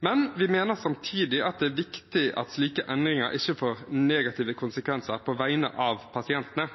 men vi mener samtidig det er viktig at slike endringer ikke får negative konsekvenser på vegne av pasientene.